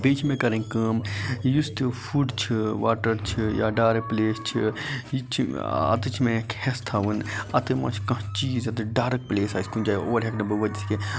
بیٚیہِ چھِ مےٚ کَرٕنۍ کٲم یُس تہِ فُڈ چھُ واٹر چھِ یا ڈارٕک پلیس چھِ یِتہِ چھِ اَتیتھ چھُ مےٚ ہیٚس تھاوُن اَتہِ مہ چھُ کانٛہہ چیٖز ییٚتیتھ ڈارٕک پلیس آسہِ کُنہِ جایہِ اور ہیٚکہٕ نہٕ بہٕ وٲتِتھ کینٛہہ